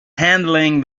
handling